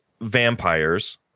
vampires